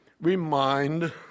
Remind